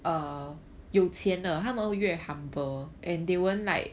err 悠闲地 ah 他妈的月 humble and they weren't like